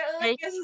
make